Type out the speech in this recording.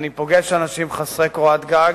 אני פוגש אנשים חסרי קורת גג,